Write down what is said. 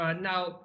now